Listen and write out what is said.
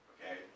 Okay